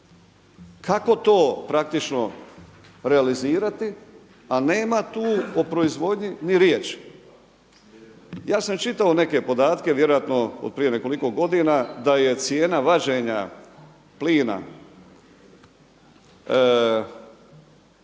kako to praktično realizirati, a nema tu o proizvodnji ni riječ. Ja sam čitao neke podatke vjerojatno od prije nekoliko godina, da je cijena vađenja plina